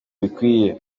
bikwiye